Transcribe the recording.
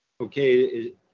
Okay